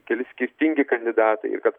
keli skirtingi kandidatai ir kad